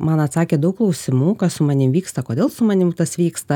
man atsakė daug klausimų kas su manim vyksta kodėl su manim tas vyksta